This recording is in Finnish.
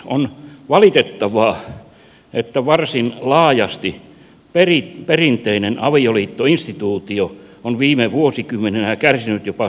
on valitettavaa että varsin laajasti perinteinen avioliittoinstituutio on viime vuosikymmeninä kärsinyt jopa suoranaisesta alennustilasta